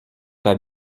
pas